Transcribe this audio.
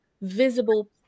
visible